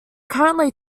currently